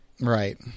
Right